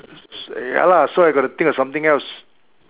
uh ya lah so I got to think of something else